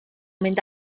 mynd